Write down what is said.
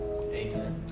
amen